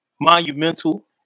Monumental